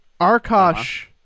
Arkosh